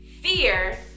fear